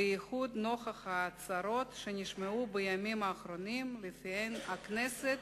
בייחוד נוכח ההצהרות שנשמעו בימים האחרונים שלפיהן הכנסת